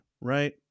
right